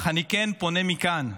אך אני כן פונה מכאן,